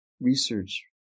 research